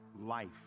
life